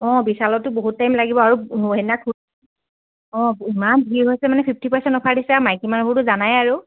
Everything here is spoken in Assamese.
অঁ বিশালতো বহুত টাইম লাগিব আৰু সেইদিনা অঁ ইমান ভিৰ হৈছে মানে ফিফটি পাৰ্চেণ্ট অ'ফাৰ দিছে আৰু মাইকী মানুহবোৰটো জানাই আৰু